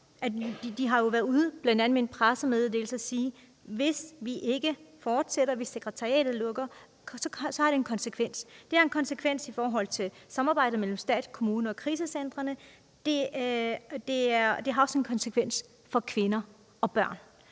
de har været ude med bl.a. en pressemeddelelse og sige: Hvis vi ikke fortsætter, hvis sekretariatet lukker, har det en konsekvens. Det har en konsekvens for samarbejdet mellem stat, kommuner og krisecentre, og det har også en konsekvens for kvinder og børn.